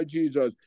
Jesus